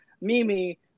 Mimi